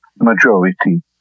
majority